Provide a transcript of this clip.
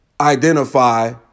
identify